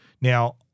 Now